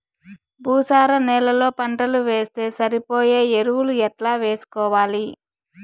భూసార నేలలో పంటలు వేస్తే సరిపోయే ఎరువులు ఎట్లా వేసుకోవాలి?